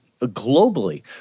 globally